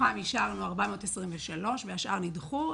מתוכן אישרנו 423, והשאר נדחו.